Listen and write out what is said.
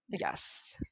Yes